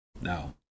Now